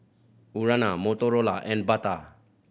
Urana Motorola and Bata